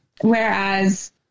Whereas